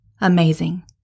Amazing